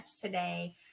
today